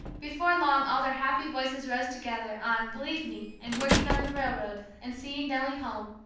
before long all their happy voices rose together, on believe me, and working on the railroad, and seeing nellie home,